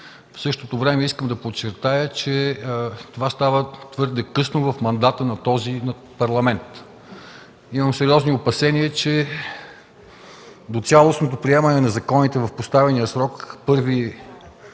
В същото време искам да подчертая, че това става твърде късно в мандата на този парламент. Имам сериозни опасения, че до цялостното приемане на законите в поставения срок –